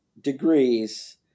degrees